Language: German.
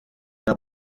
der